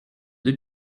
deux